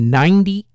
ninety